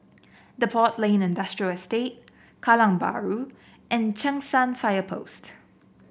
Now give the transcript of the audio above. Depot Lane Industrial Estate Kallang Bahru and Cheng San Fire Post